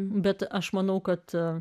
bet aš manau kad